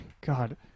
God